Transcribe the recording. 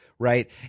Right